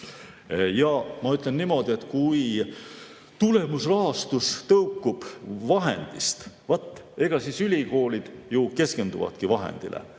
Ma ütlen niimoodi, et kui tulemusrahastus tõukub vahendist, siis ülikoolid keskenduvadki vahendile.